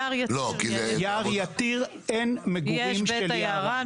לימור סון הר מלך (עוצמה יהודית): אבל ביער יתיר.